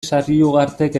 sarriugartek